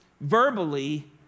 verbally